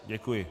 Děkuji.